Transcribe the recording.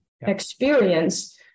experience